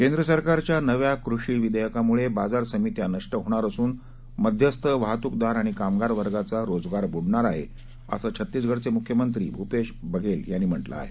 केंद्र सरकारच्या नव्या कृषी विधेयकांमुळे बाजार समित्या नष्ट होणार असून मध्यस्थ वाहातूकदार आणि कामगार वर्गाचा रोजगार बूडणार आहे असं छत्तीसगडचे मुख्यमंत्री भूपेश बघेल यांनी म्हटलं आहे